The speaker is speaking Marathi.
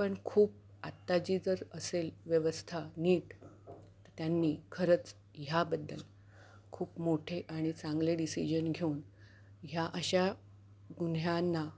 पण खूप आत्ताची जर असेल व्यवस्था नीट त्यांनी खरंच ह्याबद्दल खूप मोठे आणि चांगले डिसिजन घेऊन ह्या अशा गुन्ह्यांना